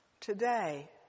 today